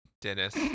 Dennis